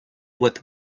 with